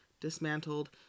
dismantled